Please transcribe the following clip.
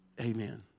Amen